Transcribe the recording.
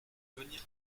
venir